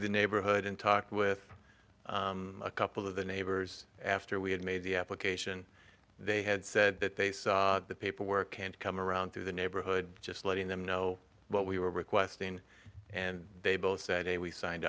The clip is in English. the neighborhood and talked with a couple of the neighbors after we had made the application they had said that they saw the paperwork and come around through the neighborhood just letting them know what we were requesting and they both said hey we signed